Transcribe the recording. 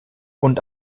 und